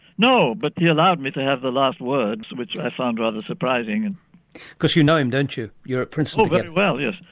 no, but he allowed me to have the last word, which i found rather surprising. and because you know him, don't you, you were at princeton together. oh very well, yes,